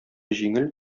җиңел